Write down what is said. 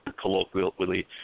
colloquially